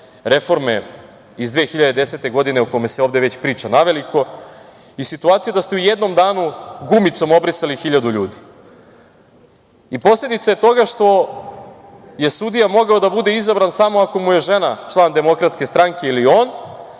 reforme iz 2010. godine, o kome se ovde već priča naveliko i situacija da ste u jednom danu gumicom obrisali 1.000 ljudi. Posledica je toga što je sudija mogao da bude izabran samo ako mu je žena član DS ili on,